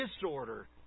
disorder